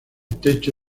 techo